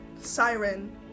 Siren